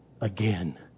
again